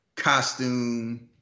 Costume